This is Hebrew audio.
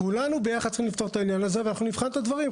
כולנו ביחד צריכים לפתור את העניין הזה ואנחנו נבחן את הדברים.